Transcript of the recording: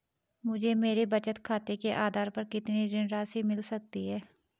मुझे मेरे बचत खाते के आधार पर कितनी ऋण राशि मिल सकती है?